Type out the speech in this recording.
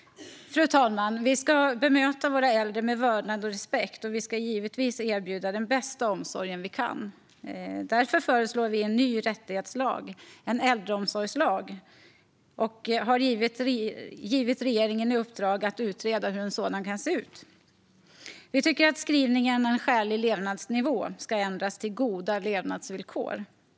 Fru talman! Vi ska bemöta våra äldre med vördnad och respekt, och vi ska givetvis erbjuda den bästa omsorg vi kan. Därför föreslår vi en ny rättighetslag, en äldreomsorgslag, och har givit regeringen i uppdrag att utreda hur en sådan kan se ut. Vi tycker att skrivningen "en skälig levnadsnivå" ska ändras till "goda levnadsvillkor".